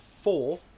four